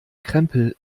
krempel